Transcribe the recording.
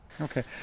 Okay